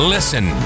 Listen